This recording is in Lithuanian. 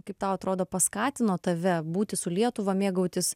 kaip tau atrodo paskatino tave būti su lietuva mėgautis